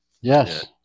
Yes